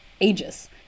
ages